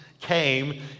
came